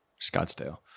scottsdale